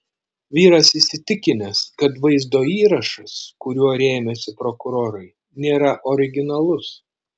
vyras įsitikinęs kad vaizdo įrašas kuriuo rėmėsi prokurorai nėra originalus